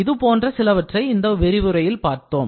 இது போன்ற சிலவற்றை இந்த விரிவுரையில் பார்த்தோம்